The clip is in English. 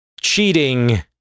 Cheating